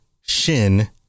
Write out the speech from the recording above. Shin